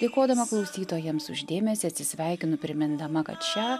dėkodama klausytojams už dėmesį atsisveikinu primindama kad šią